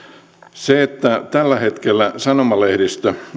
se että tällä hetkellä sanomalehdistö